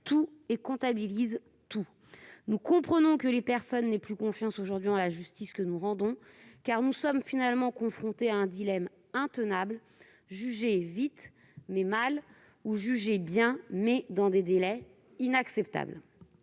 tout ». Ils ajoutent :« Nous comprenons que les personnes n'aient plus confiance aujourd'hui en la justice que nous rendons, car nous sommes finalement confrontés à un dilemme intenable : juger vite mais mal, ou juger bien mais dans des délais inacceptables.